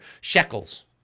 shekels